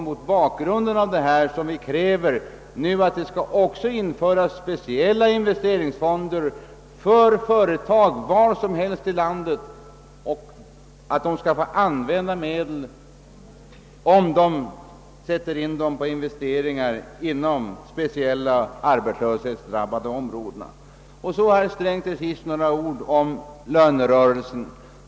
Mot bakgrund av detta kräver vi nu att det skall införas speciella investeringsfonder för företag var som helst i landet och att företagen skall få använda medlen om de sätter in dem i investeringar inom speciellt arbetslöshetsdrabbade områden. Så till sist några ord om lönerörelsen.